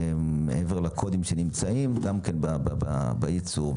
שמעבר לקודים שנמצאים נותנים גם בייצור,